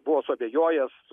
buvo suabejojęs